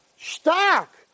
stark